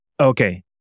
Okay